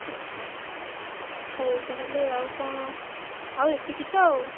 ଆଚ୍ଛା ହଉ ତାହେଲେ ଆଉ କ'ଣ ଆଉ ଏତିକି ତ ଆଉ